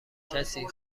کسی